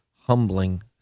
humbling